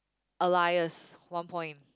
alias one point